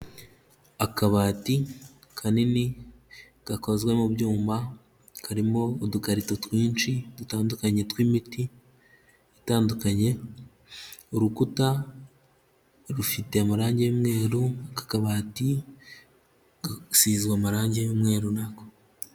Akabati kanini gakozwe mu byuma, karimo udukarito twinshi dutandukanye tw'imiti itandukanye, urukuta rufite amarangi y'umweru, akabati gasizwe amarangi y'umweru n'ako.